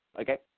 okay